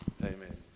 amen